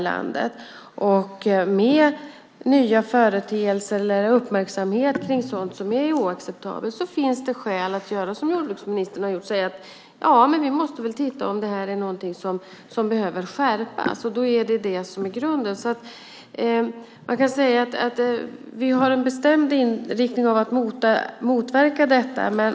Med nya företeelser eller uppmärksamhet kring sådant som är oacceptabelt finns det skäl att, som jordbruksministern har gjort, säga: Ja, vi måste väl titta på om det här är någonting som behöver skärpas. Då är det detta som är grunden. Man kan säga att vi har den bestämda inriktningen att motverka sådant här.